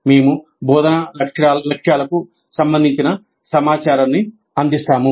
మేము బోధనా లక్ష్యాలకు సంబంధించిన సమాచారాన్ని అందిస్తాము